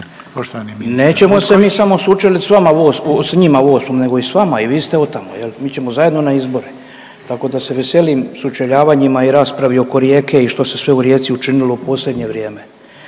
Nećemo mi samo sučelit s vama u 8. s njima u 8. nego i s vama i vi ste otamo jel mi ćemo zajedno na izbore tako da se veselim sučeljavanjima i raspravi oko Rijeke i što se sve u Rijeci učinilo u posljednje vrijeme.